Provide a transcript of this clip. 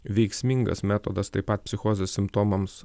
veiksmingas metodas taip pat psichozės simptomams